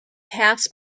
passed